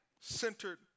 centered